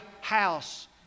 house